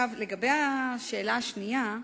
לגבי השאלה השנייה,